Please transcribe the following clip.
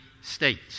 states